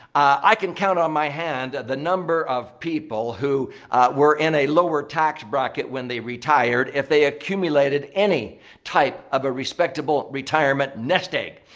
i can count on my hand the number of people who were in a lower tax bracket when they retired if they accumulated any type of a respectable retirement nest egg.